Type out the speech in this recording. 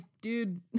dude